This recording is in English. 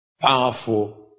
powerful